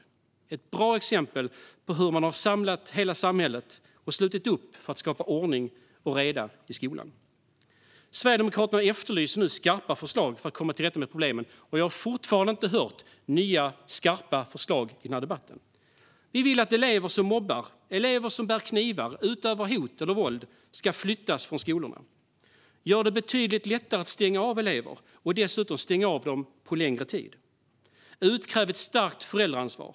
Det är ett bra exempel på hur hela samhället har slutit upp för att skapa ordning och reda i skolan. Sverigedemokraterna efterlyser nu skarpa förslag för att komma till rätta med problemen. Jag har fortfarande inte hört nya, skarpa förslag i den här debatten. Vi vill att elever som mobbar, bär kniv och utövar hot eller våld ska flyttas från skolorna. Vi vill göra det betydligt lättare att stänga av elever och dessutom stänga av dem på längre tid. Vi vill utkräva ett starkt föräldraansvar.